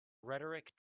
rhetoric